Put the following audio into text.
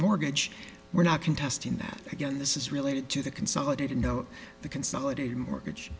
mortgage we're not contesting that again this is related to the consolidated note the consolidated mortgage